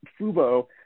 Fubo